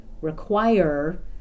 require